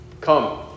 come